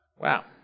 Wow